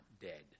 dead